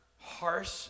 harsh